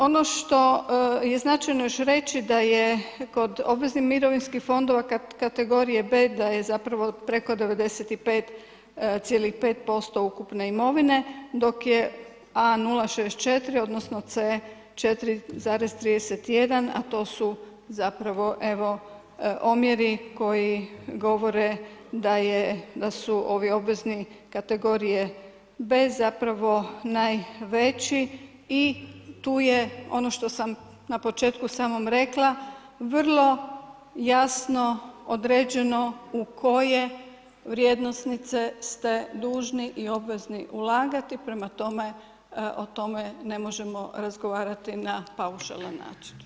Ono što je značajno još reći, da je kod obveznih mirovinskih fondova kategorije B da je zapravo preko 95,5% ukupne imovine, dok je A 0,64, odnosno C 4,31, a to su zapravo evo omjeri koji govore da su ovi obvezni kategorije B zapravo najveći i tu je ono što sam na početku samom rekla, vrlo jasno određeno u koje vrijednosnice ste dužni i obvezni ulagati, prema tome o tome ne možemo razgovarati na paušalan način.